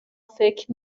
فکر